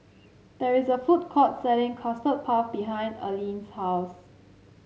there is a food court selling Custard Puff behind Aline's house